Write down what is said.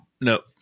Nope